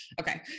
okay